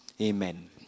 Amen